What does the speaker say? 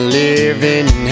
living